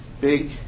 big